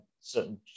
certain